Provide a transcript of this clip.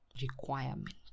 Requirement